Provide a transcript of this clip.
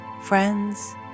friends